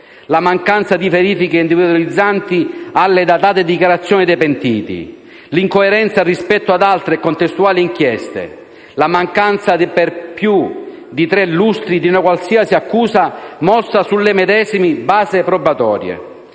la mancanza di verifiche individualizzanti alle datate dichiarazioni dei pentiti, l'incoerenza rispetto ad altre e contestuali inchieste, la mancanza per più di tre lustri di una qualsiasi accusa mossa sulle medesime basi probatorie,